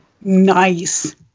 Nice